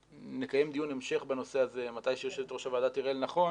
שנקיים דיון המשך בנושא הזה כשיושבת ראש הוועדה תראה לנכון